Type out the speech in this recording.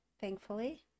thankfully